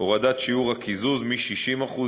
הורדת שיעור הקיזוז מ-60%,